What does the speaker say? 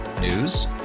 News